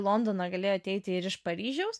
londoną galėjo ateiti ir iš paryžiaus